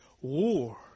war